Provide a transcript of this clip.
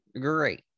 Great